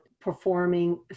performing